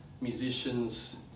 Musicians